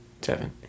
Seven